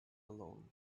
alone